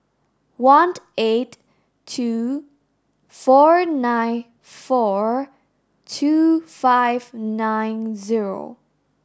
one eight two four nine four two five nine zero